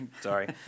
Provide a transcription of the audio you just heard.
sorry